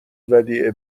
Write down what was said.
ودیعه